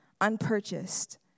unpurchased